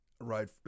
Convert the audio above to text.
Right